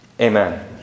amen